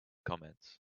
comments